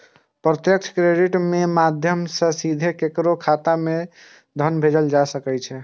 प्रत्यक्ष क्रेडिट के माध्यम सं सीधे केकरो खाता मे धन भेजल जा सकैए